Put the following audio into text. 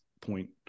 point